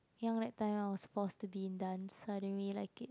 young that time I was forced to be in dance so I didn't really like it